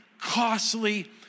costly